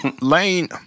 Lane